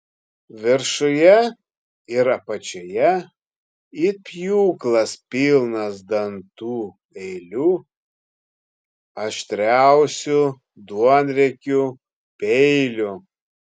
viršuje ir apačioje it pjūklas pilnos dantų eilių aštriausių duonriekių peilių